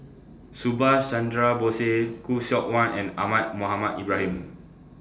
Subhas Chandra Bose Khoo Seok Wan and Ahmad Mohamed Ibrahim